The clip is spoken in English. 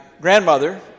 grandmother